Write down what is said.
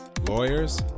lawyers